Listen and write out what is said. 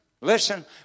listen